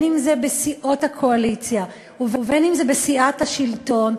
אם בסיעות הקואליציה ואם בסיעת השלטון,